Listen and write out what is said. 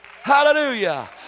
Hallelujah